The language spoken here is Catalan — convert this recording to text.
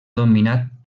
dominat